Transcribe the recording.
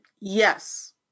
Yes